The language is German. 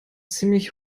ziemlich